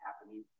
happening